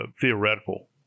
theoretical